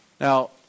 now